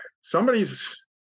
somebody's